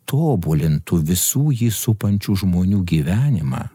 tobulintų visų jį supančių žmonių gyvenimą